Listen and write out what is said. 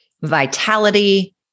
vitality